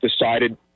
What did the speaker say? decided